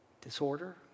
disorder